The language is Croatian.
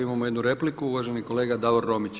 Imamo jednu repliku, uvaženi kolega Davor Romić.